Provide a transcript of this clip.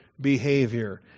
behavior